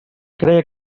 creia